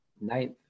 ninth